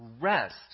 rest